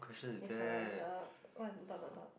is a is a what's dot dot dot